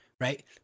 right